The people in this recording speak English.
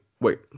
Wait